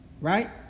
right